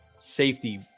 safety